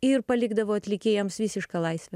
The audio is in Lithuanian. ir palikdavo atlikėjams visišką laisvę